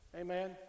Amen